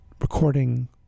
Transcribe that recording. recording